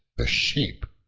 the sheep,